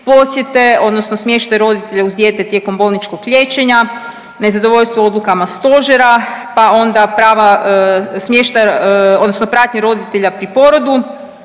posjete odnosno smještaj roditelja uz dijete tijekom bolničkog liječenja, nezadovoljstvo odlukama stožera, pa onda prava, smještaj odnosno pratnje roditelja pri porodu,